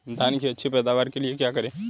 धान की अच्छी पैदावार के लिए क्या करें?